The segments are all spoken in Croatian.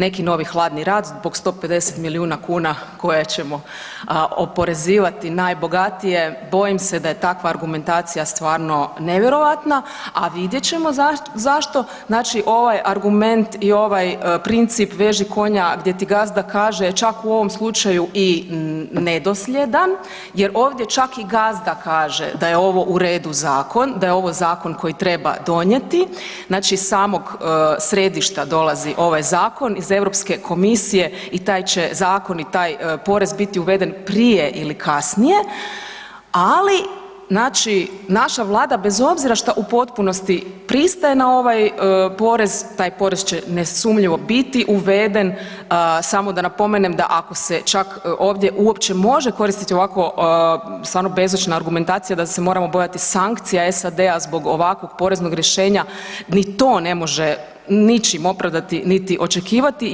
Neki novi hladni rat zbog 150 milijuna kn koje ćemo oporezivati najbogatije, bojim se da je takva argumentacija stvarno nevjerojatna a vidjet ćemo zašto znači ovaj argument i ovaj princip „veži konja gdje ti gazda kaže“ je čak u ovom slučaju i nedosljedan jer ovdje čak i gazda kaže da je ovo u redu zakon, da je ovo zakon koji treba donijeti, znači iz samog središta dolazi ovaj zakon, iz Europske komisije i taj će zakon i taj porez biti uveden prije ili kasnije ali znači naša Vlada bez obzira šta u potpunosti pristaje na ovaj porez, taj porez će nesumnjivo biti uveden, samo da napomenem da ako se čak ovdje uopće može koristiti ovako stvarno bezočna argumentacija, da se moramo bojati sankcija SAD-a zbog ovakvog poreznog rješenja, ni to ne može ničim opravdati niti očekivati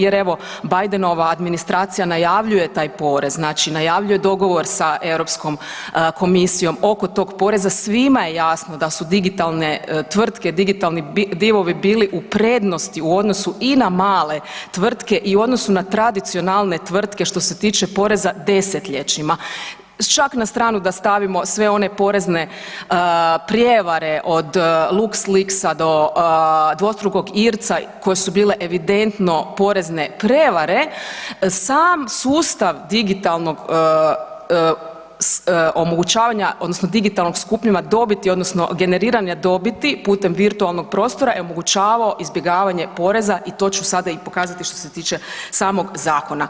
jer evo Bidenova administracija najavljuje taj porez, znači najavljuje dogovor sa Europskom komisijom oko tog poreza, svima je jasno da su digitalne tvrtke, digitalni divovi bili u prednosti u odnosu i na male tvrtke i u odnosu na tradicionalne tvrtke što se tiče poreza desetljećima, čak na stranu da stavimo sve one porezne prijevare od LuxLeaksa do dvostrukog Irca koje se bile evidentno porezne prevare, sam sustav digitalnog omogućavanja odnosno digitalnog skupljanja dobiti odnosno generiranja dobiti putem virtualnog prostora je omogućavao izbjegavanje poreza i to ću sada i pokazati što se tiče samog zakona.